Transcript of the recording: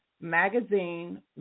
magazine